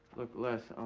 look les,